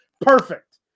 Perfect